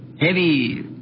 heavy